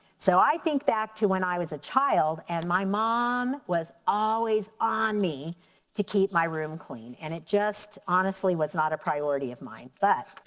so i think back to when i was a child and my mom was always on me to keep my room clean. and it just honestly was not a priority of mine. but